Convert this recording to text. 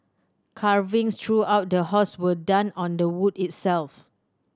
carvings throughout the house were done on the wood itself